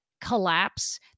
collapse